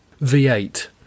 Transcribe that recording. V8